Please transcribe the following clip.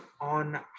on